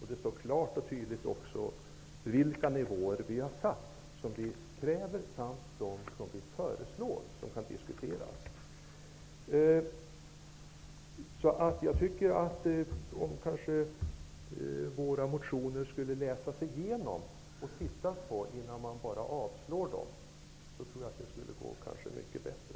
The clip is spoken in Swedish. Det står klart och tydligt vilka nivåer som vi föreslår och som kan diskuteras. Jag tycker att man bör läsa igenom våra motioner innan man bara avstyrker dem. Då skulle det kanske gå mycket bättre.